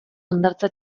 hondartza